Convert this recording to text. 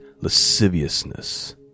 lasciviousness